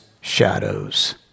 shadows